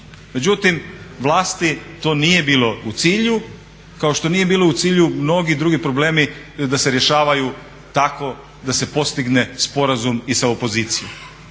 Međutim, vlasti to nije bilo u cilju, kao što nije bilo u cilju mnogi drugi problemi da se rješavaju tako da se postigne sporazum i sa opozicije.